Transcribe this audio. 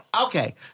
Okay